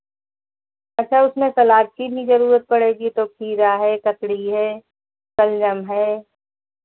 अच्छा उसमें सलाद की भी ज़रूरत पड़ेगी तो खीरा है ककड़ी है शलजम है